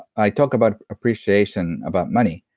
i talk about appreciation about money.